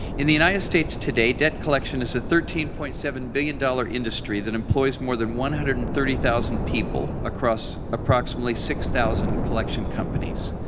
in the united states today, debt collection is a thirteen point seven billion dollars industry that employs more than one hundred and thirty thousand people across approximately six thousand collection companies.